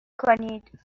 کنید